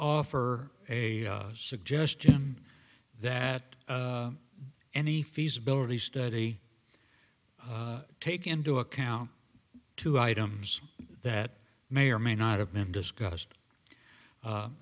offer a suggestion that any feasibility study take into account two items that may or may not have been discussed